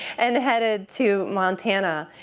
and headed to montana.